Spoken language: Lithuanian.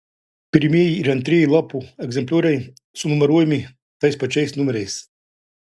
pirmieji ir antrieji lapų egzemplioriai sunumeruojami tais pačiais numeriais